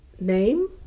Name